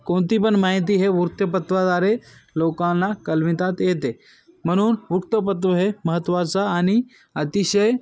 कोणती पण माहिती हे वृत्तपत्रा द्वारे लोकांना कळवितात येते म्हणून वृत्तपत्र हे महत्त्वाचा आणि अतिशय